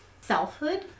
selfhood